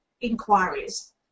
inquiries